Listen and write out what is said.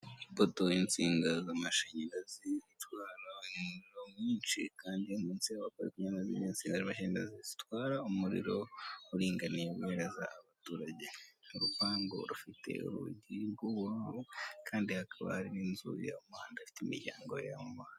Ipoto y'insinga z'amashanyarazi zitwara umuriro mwinshi kandi munsi yazo hari insiga zitwara umuriro uringaniye bohereza abaturage. Urupango rufite urugi bw'ubururu kandi hakaba hari n' inzu hirya y' umuhanda ifite imiryango ya ...